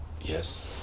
Yes